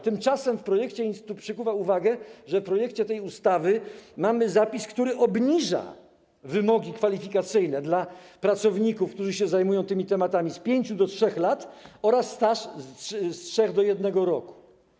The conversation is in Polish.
Tymczasem niestety przykuwa uwagę, że w projekcie tej ustawy mamy zapis, który obniża wymogi kwalifikacyjne dla pracowników, którzy się zajmują tymi tematami: z 5 do 3 lat oraz staż z 3 lat do 1 roku.